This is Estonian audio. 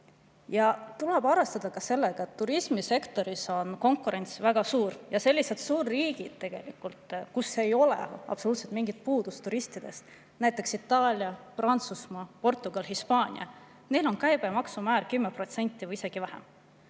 Tuleb arvestada ka sellega, et turismisektoris on konkurents väga [tugev]. Sellistel suurriikidel, kus ei ole absoluutselt mingit puudust turistidest, näiteks Itaalia, Prantsusmaa, Portugal ja Hispaania, on tegelikult käibemaksumäär 10% või isegi vähem.